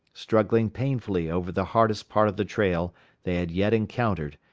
struggling painfully over the hardest part of the trail they had yet encountered,